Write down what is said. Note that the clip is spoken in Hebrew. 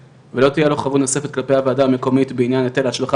(ב)לערור לפני ועדת הערר לפיצויים ולהיטל השבחה